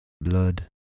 Blood